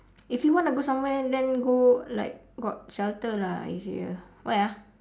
if you want to go somewhere then go like got shelter lah easier where ah